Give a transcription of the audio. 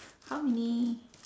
how many